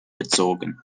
bezogen